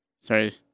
Sorry